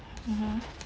mmhmm